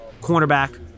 cornerback